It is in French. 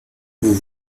vous